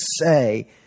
say